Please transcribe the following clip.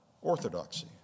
orthodoxy